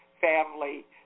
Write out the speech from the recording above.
family